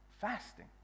fasting